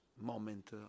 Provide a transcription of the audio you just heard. moment